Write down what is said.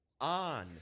on